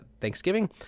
Thanksgiving